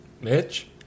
Mitch